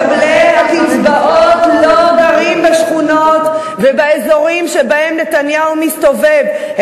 מקבלי הקצבאות לא גרים בשכונות ובאזורים שבהם נתניהו מסתובב,